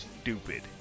stupid